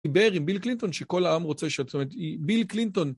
דיבר עם ביל קלינטון שכל העם רוצה שהוא... זאת אומרת, ביל קלינטון...